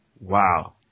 Wow